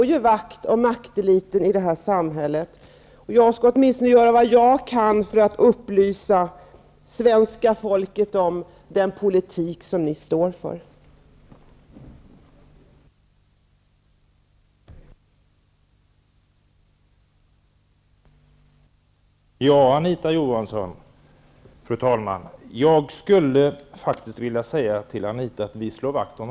Jag tror faktiskt på Thorsten Cars. Han är nämligen expert på mutbrott. Fru talman! Jag är inte förvånad.